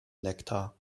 nektar